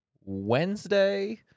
Wednesday